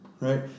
right